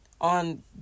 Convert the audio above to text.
on